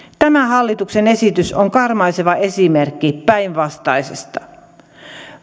tämä hallituksen esitys on karmaiseva esimerkki päinvastaisesta